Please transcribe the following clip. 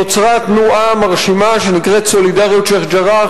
נוצרה תנועה מרשימה שנקראת "סולידריות שיח'-ג'ראח",